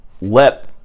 let